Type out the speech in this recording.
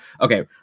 Okay